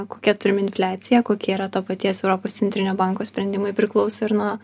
kokią turim infliaciją kokie yra to paties europos centrinio banko sprendimai priklauso ir nuo